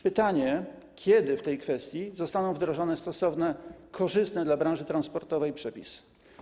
Pytanie: Kiedy w tej kwestii zostaną wdrożone stosowne, korzystne dla branży transportowej przepisy?